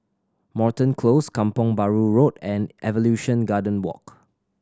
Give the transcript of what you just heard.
Moreton Close Kampong Bahru Road and Evolution Garden Walk